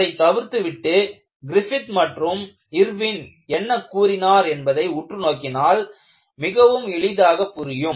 அதை தவிர்த்துவிட்டு கிரிஃபித் மற்றும் இர்வின் என்ன கூறினார் என்பதை உற்று நோக்கினால் மிகவும் எளிதாக புரியும்